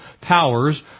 powers